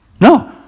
No